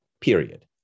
period